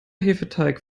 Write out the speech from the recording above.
hefeteig